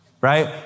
right